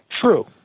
true